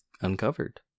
uncovered